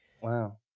Wow